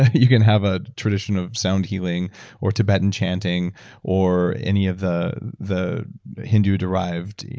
you can have a tradition of sound healing or tibetan chanting or any of the the hindu derived,